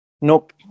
Nope